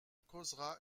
causera